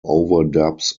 overdubs